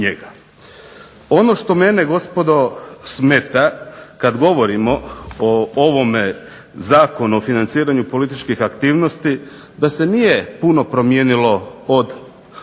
Ono što mene gospodo smeta kad govorimo o ovome Zakonu o financiranju političkih aktivnosti da se nije puno promijenilo od poznate